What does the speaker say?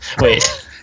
Wait